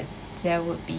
there would be